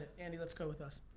andy, let's go with this.